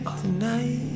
Tonight